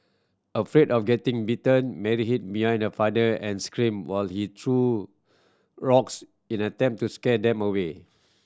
afraid of getting bitten Mary hid behind her father and screamed while he threw rocks in an attempt to scare them away